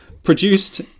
Produced